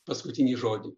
paskutinį žodį